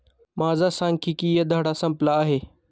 माझा सांख्यिकीय धडा संपला आहे